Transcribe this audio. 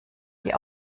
die